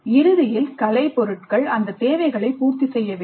இறுதியில் கலைப்பொருட்கள் அந்தத் தேவைகளை பூர்த்தி செய்ய வேண்டும்